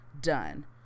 done